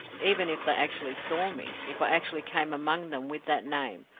even if they actually saw me if i actually came among them with that name,